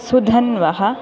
सुधन्वः